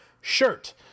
shirt